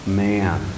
man